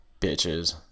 bitches